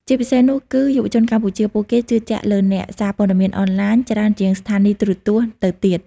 ជាពិសេសនោះគឺយុវជនកម្ពុជា ពួកគេជឿជាក់លើអ្នកសារព័ត៌មានអនឡាញច្រើនជាងស្ថានីយ៍ទូរទស្សន៍ទៅទៀត។